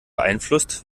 beeinflusst